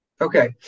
Okay